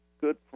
good